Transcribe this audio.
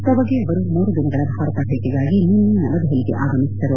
ತೊಬಗೆ ಅವರು ಮೂರು ದಿನಗಳ ಭಾರತ ಭೇಟಗಾಗಿ ನಿನ್ನೆ ನವದೆಹಲಿಗೆ ಆಗಮಿಸಿದರು